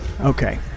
Okay